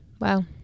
Wow